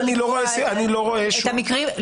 אבל אני לא רואה שום -- להבנות שיקול דעת על המקרים החריגים.